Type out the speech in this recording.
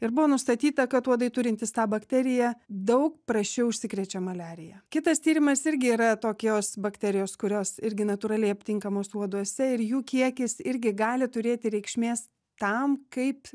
ir buvo nustatyta kad uodai turintys tą bakteriją daug prasčiau užsikrečia maliarija kitas tyrimas irgi yra tokios bakterijos kurios irgi natūraliai aptinkamos uoduose ir jų kiekis irgi gali turėti reikšmės tam kaip